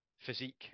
physique